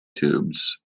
tubes